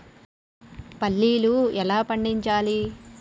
పల్లీలు ఎలా పండించాలి?